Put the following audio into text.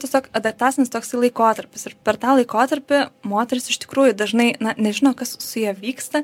tiesiog adaptacinis toksai laikotarpis ir per tą laikotarpį moteris iš tikrųjų dažnai nežino kas su ja vyksta